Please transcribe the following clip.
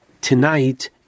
tonight